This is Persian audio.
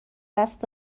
دست